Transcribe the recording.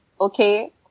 okay